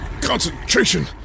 concentration